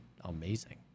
amazing